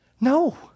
No